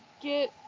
get